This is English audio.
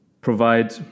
provide